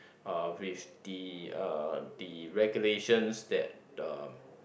uh with the uh the regulations that uh